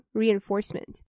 reinforcement